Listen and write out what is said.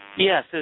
Yes